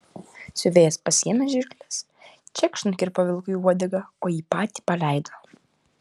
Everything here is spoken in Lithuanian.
siuvėjas pasiėmė žirkles čekšt nukirpo vilkui uodegą o jį patį paleido